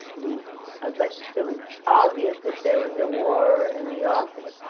the ah but it was obvious that there was a war in the offing,